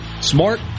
smart